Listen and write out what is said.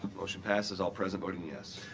motion passes, all present voting yes.